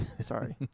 sorry